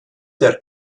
der